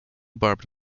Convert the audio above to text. barbed